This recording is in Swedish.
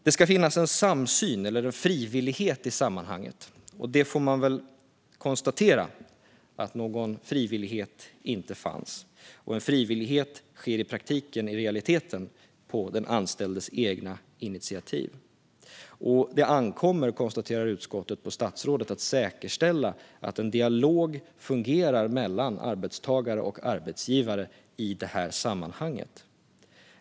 Det ska finnas en samsyn eller en frivillighet i sammanhanget, och vi får väl konstatera att det inte fanns någon frivillighet. En frivillighet innebär att det i praktiken, i realiteten, sker på den anställdes eget initiativ. Utskottet konstaterar att det ankommer på statsrådet att säkerställa att dialogen fungerar mellan arbetstagare och arbetsgivare i detta sammanhang.